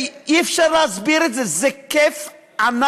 אי-אפשר להסביר את זה, זה כיף ענק.